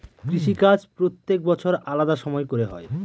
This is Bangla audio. কৃষিকাজ প্রত্যেক বছর আলাদা সময় করে হয়